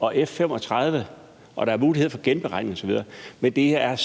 og F-35, og der er mulighed for genberegning osv., men det er